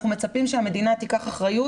אנחנו מצפים שהמדינה תיקח אחריות,